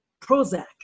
Prozac